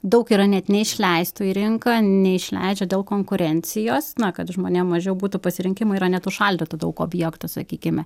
daug yra net neišleistų į rinką neišleidžia dėl konkurencijos na kad žmonėm mažiau būtų pasirinkimų yra net užšaldytų daug objektų sakykime